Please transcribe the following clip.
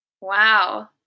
Wow